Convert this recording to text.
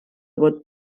vot